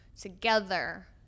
together